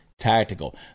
Tactical